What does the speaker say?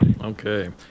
Okay